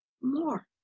more